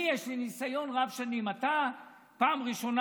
אני, יש לי ניסיון רב-שנים, אתה פעם ראשונה